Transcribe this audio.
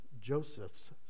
Joseph's